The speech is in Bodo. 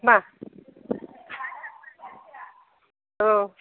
मा औ